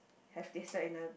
have decide none